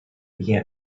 began